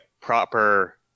proper